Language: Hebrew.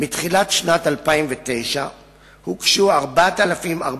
מתחילת שנת 2009 הוגשו 4,460